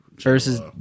Versus